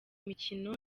mikino